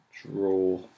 Draw